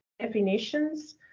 definitions